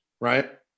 right